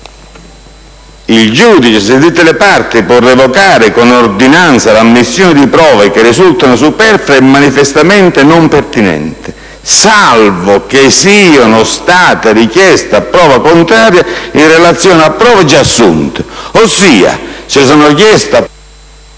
il giudice, sentite le parti, può revocare con ordinanza l'ammissione di prove "che risultano superflue e manifestamente non pertinenti, salvo che siano state richieste a prova contraria in relazione a prove già assunte". Ossia, se sono richieste a prova contraria